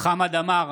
חמד עמאר,